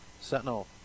Sentinel